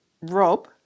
Rob